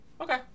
Okay